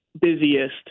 busiest